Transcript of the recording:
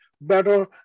better